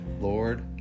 Lord